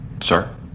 sir